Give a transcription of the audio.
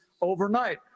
overnight